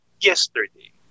yesterday